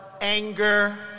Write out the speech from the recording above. anger